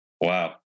wow